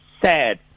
sad